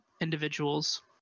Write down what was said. individuals